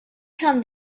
can